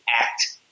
act